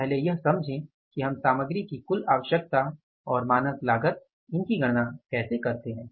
तो पहले यह समझें कि हम सामग्री की कुल आवश्यकता और मानक लागत इनकी गणना कैसे करते हैं